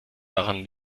daran